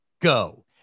Go